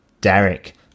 derek